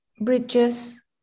bridges